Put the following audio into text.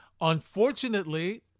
unfortunately